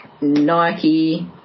Nike